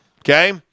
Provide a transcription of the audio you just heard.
okay